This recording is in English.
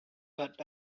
but